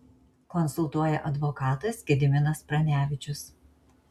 konsultuoja advokatas gediminas pranevičius